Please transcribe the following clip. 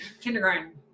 kindergarten